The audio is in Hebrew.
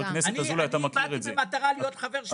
אני באתי במטרה להיות חבר של מד"א.